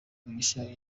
mugisha